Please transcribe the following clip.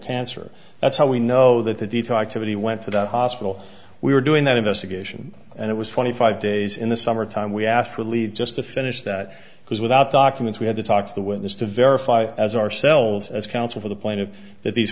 cancer that's how we know that the detail activity went to that hospital we were doing that investigation and it was twenty five days in the summertime we asked to leave just to finish that because without documents we had to talk to the witness to verify as ourselves as counsel for the plaintiff that these